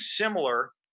similar